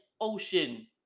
ocean